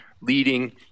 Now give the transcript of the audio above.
leading